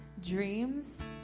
dreams